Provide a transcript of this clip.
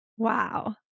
Wow